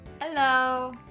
Hello